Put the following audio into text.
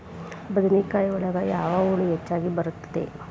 ಬದನೆಕಾಯಿ ಒಳಗೆ ಯಾವ ಹುಳ ಹೆಚ್ಚಾಗಿ ಬರುತ್ತದೆ?